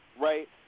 right